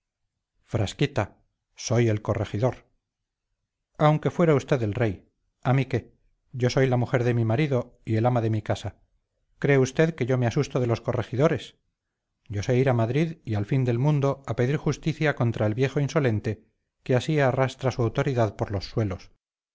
frasquita soy el corregidor aunque fuera usted el rey a mí qué yo soy la mujer de mi marido y el ama de mi casa cree usted que yo me asusto de los corregidores yo sé ir a madrid y al fin del mundo a pedir justicia contra el viejo insolente que así arrastra su autoridad por los suelos